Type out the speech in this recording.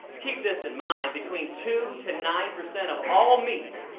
keep this in mind between two to nine percent of all meat,